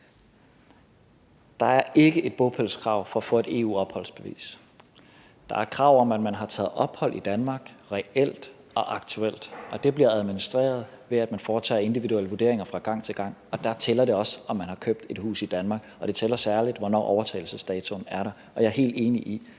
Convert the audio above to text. Der er ikke et bopælskrav for at få et EU-opholdsbevis. Der er et krav om, at man har taget ophold i Danmark reelt og aktuelt, og det bliver administreret ved, at der foretages individuelle vurderinger fra gang til gang, og der tæller det også, om man har købt et hus i Danmark. Og det tæller særligt, hvornår overtagelsesdatoen er. Jeg er helt enig i, at